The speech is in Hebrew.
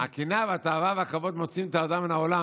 אבל הקנאה והתאווה והכבוד מוציאים את האדם מן העולם,